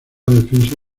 defensa